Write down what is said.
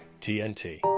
TNT